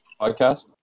podcast